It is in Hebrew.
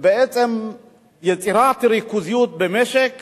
ויצירת ריכוזיות במשק